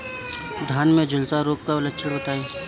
धान में झुलसा रोग क लक्षण बताई?